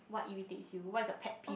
what irritates you what is your pet peeve